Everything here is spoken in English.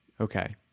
Okay